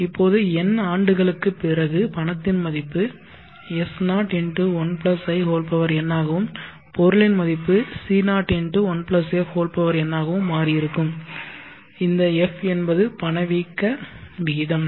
இப்போது n ஆண்டுகளுக்குப் பிறகு பணத்தின் மதிப்பு S0 1i n ஆகவும் பொருளின் மதிப்பு C01f n ஆகவும் மாறியிருக்கும் இந்த f என்பது பணவீக்கம் பணவீக்க விகிதம்